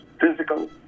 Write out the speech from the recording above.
physical